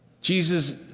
Jesus